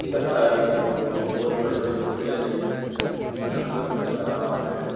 chicken fry وغیرہ ہو گیا اور بہت بڑے بڑے ہوٹلیں ہیں جن میں اسلم چکن کا نام آتا ہے